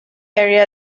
area